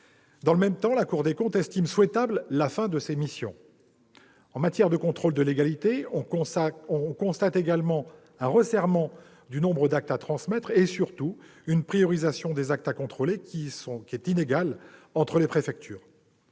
Dans le même temps, la Cour des comptes estime « souhaitable » la fin de ces missions. En matière de contrôle de légalité, on constate un resserrement du nombre d'actes à transmettre et, surtout, une priorisation des actes à contrôler, inégale entre les préfectures.